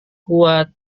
kuat